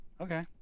Okay